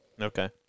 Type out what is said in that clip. Okay